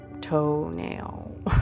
toenail